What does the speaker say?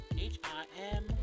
H-I-M